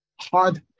hard